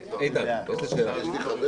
אושר.